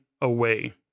away